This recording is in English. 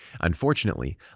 Unfortunately